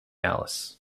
alice